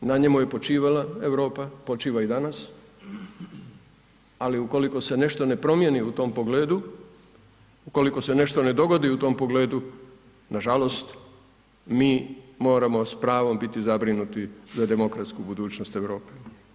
I na njemu je počivala Europa, počiva i danas ali ukoliko se nešto ne promijeni u tom pogledu, ukoliko se nešto ne dogodi u tom pogledu nažalost mi moramo s pravom biti zabrinuti za demokratsku budućnost Europe.